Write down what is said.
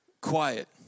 quiet